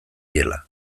diela